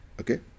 Okay